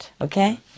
okay